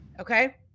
Okay